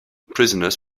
prisoners